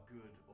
Good